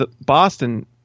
Boston